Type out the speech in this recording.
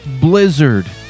blizzard